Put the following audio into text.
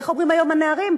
איך אומרים היום הנערים,